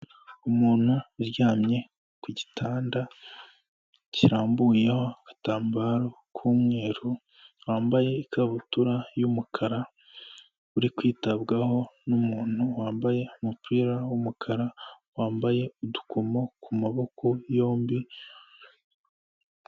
Umuntu uryamye ku gitanda kirambuyeho agatambaro k'umweru wambaye ikabutura y'umukara, uri kwitabwaho n'umuntu wambaye umupira w'umukara, wambaye udukomo ku maboko yombi.